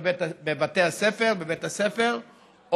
בבתי הספר,